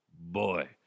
boy